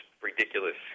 ridiculous